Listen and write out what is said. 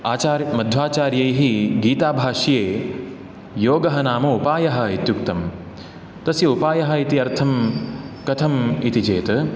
आचार्य मध्वाचार्यैः गीताभाष्ये योगः नाम उपायः इत्युक्तम् तस्य उपायः इत्यर्थं कथम् इति चेत्